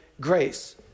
grace